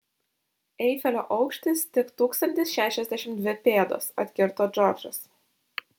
eifelio aukštis tik tūkstantis šešiasdešimt dvi pėdos atkirto džordžas